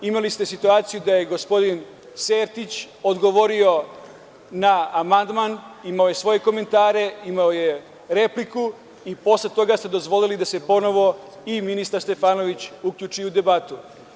Imali ste situaciju da je gospodin Sertić odgovorio na amandman, imao je svoje komentare, imao je repliku, a posle toga ste dozvolili da se ponovo i ministar Stefanović uključi u debatu.